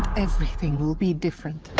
everything will be different.